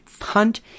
hunt